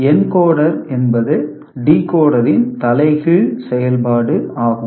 encoder என்பது decoder ன் தலைகீழ் செயல்பாடு ஆகும்